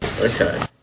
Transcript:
okay